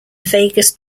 vegas